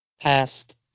Past